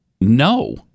no